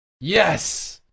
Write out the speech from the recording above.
Yes